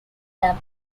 them